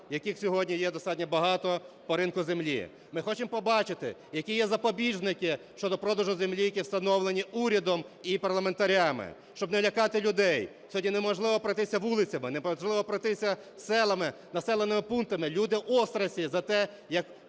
яких сьогодні є достатньо багато по ринку землі. Ми хочемо побачити, які є запобіжники щодо продажу землі, які встановлені урядом і парламентарями, щоб не лякати людей. Сьогодні неможливо пройтися вулицями, неможливо пройтися селами, населеними пунктами, люди в остраху за те, як